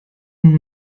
nun